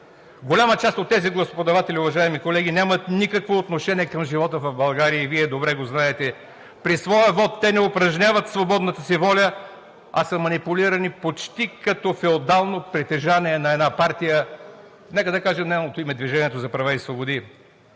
Голяма част от тези гласоподаватели, уважаеми колеги, нямат никакво отношение към живота в България и Вие добре го знаете. При своя вот те не упражняват свободната си воля, а са манипулирани почти като феодално притежание на една партия, нека да кажа нейното име – „Движението за права и свободи“.